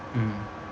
mm